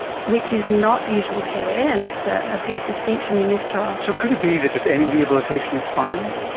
which is not usual care, and that's a ah big distinction in this trial. so could it be that just any rehabilitation is fine?